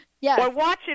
yes